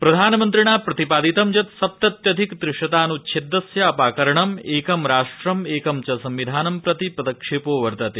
प्रधानमन्त्रिणा प्रतिपादितं यत् सप्तत्यधिक त्रिशतानुच्छेदस्य अपाकरणं एकं राष्ट्रं एकं च संविधानं प्रति पदक्षेपो वर्तते